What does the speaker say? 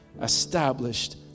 established